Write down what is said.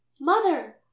Mother